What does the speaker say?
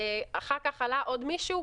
אחר כך עלה עוד מישהו,